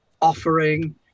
offering